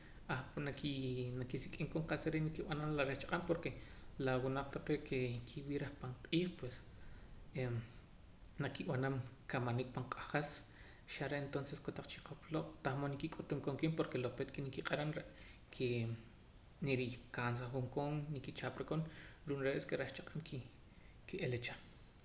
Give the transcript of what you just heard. Ahpa' nakii nakii sik'im koon qa'sa re' nkib'anam reh chaq'ab' porque la wunaq taqee' kee kiwii' reh panq'iij pues em nakib'anam kamanik pan q'ajas xa re' entonces kotaq chikop loo' tan mood nikik'utum koon kiib' porque lo peet ke nikiq'aram ke re' kee nirikansaaja koon nikichapra koon ru'uum re' es ke reh chaq'ab' ki ki'ilacha